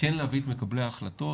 כן להביא את מקבלי ההחלטות,